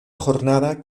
jornada